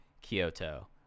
Kyoto